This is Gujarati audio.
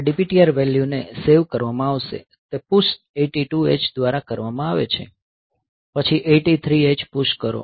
આ DPTR વેલ્યુને સેવ કરવામાં આવશે તે પુશ 82 H દ્વારા કરવામાં આવે છે પછી 83 H પુશ કરો